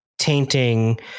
tainting